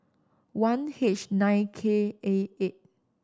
one H nine K A eight